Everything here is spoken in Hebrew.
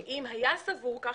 שאם היה סבור כך,